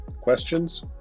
Questions